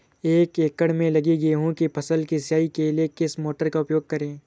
एक एकड़ में लगी गेहूँ की फसल की सिंचाई के लिए किस मोटर का उपयोग करें?